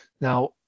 Now